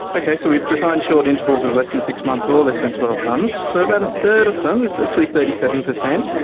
okay, so we've defined short intervals as less than six months or less than twelve months, so about a third of them, it's actually thirty seven percent,